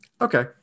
Okay